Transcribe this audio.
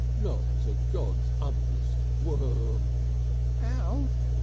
not to god's umblest worm alf,